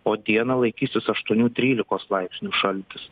o dieną laikysis aštuonių trylikos laipsnių šaltis